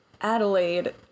Adelaide